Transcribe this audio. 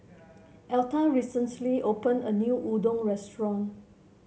Etta recently open a new Udon Restaurant